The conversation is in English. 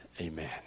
Amen